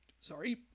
sorry